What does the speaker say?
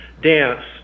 dance